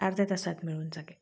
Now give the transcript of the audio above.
अर्ध्या तासात मिळून जाते